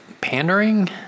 pandering